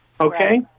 Okay